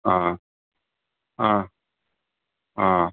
ஆ ஆ ஆ